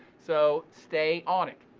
so stay on it.